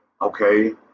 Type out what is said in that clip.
Okay